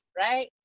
right